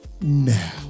now